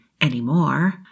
anymore